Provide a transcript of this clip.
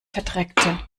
verdreckte